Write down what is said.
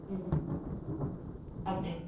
ம் அப்படியா